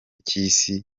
cy’isi